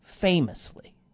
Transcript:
Famously